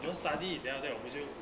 don't want study then after that 我不久